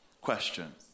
Question